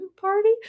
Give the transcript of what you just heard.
party